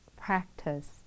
practice